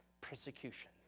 persecution